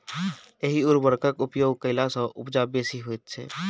एहि उर्वरकक उपयोग कयला सॅ उपजा बेसी होइत छै